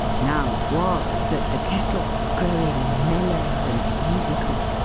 now it was, that the kettle, growing mellow and musical,